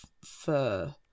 fur